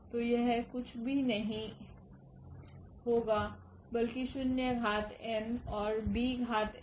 तो यह कुछ भी नहीं होगा बल्कि शून्य घात n और b घात n